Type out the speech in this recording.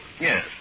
Yes